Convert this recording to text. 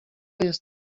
jest